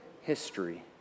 history